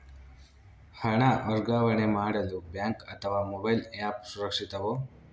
ಹಣ ವರ್ಗಾವಣೆ ಮಾಡಲು ಬ್ಯಾಂಕ್ ಅಥವಾ ಮೋಬೈಲ್ ಆ್ಯಪ್ ಸುರಕ್ಷಿತವೋ?